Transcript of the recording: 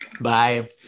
Bye